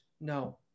No